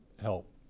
help